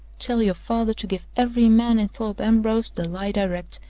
tell your father to give every man in thorpe ambrose the lie direct,